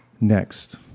Next